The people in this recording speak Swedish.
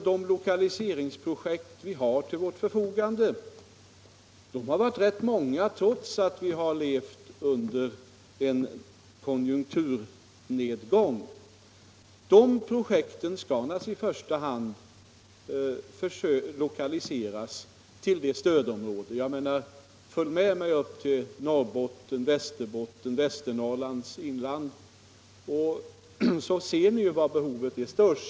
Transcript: De lokaliseringsprojekt vi har till vårt förfogande — det har varit rätt många, trots konjunkturnedgången — skall naturligtvis i första hand gå till det inre stödområdet. Följ med mig upp till Norrbotten, Västerbotten och Västernorrlands inland, så får ni se var behovet är störst.